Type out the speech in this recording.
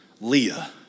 Leah